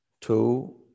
two